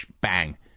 bang